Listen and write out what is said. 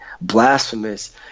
blasphemous